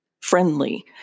friendly